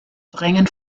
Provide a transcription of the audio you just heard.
drängen